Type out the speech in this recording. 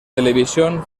televisión